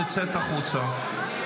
לצאת החוצה.